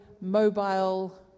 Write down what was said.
mobile